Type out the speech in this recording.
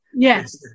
Yes